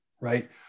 right